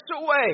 away